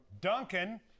duncan